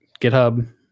GitHub